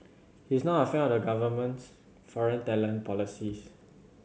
he is not a fan of the government's foreign talent policies